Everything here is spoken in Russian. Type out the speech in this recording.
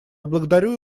благодарю